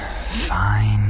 Fine